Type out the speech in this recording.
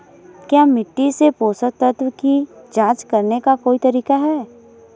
क्या मिट्टी से पोषक तत्व की जांच करने का कोई तरीका है?